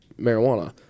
marijuana